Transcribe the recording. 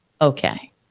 Okay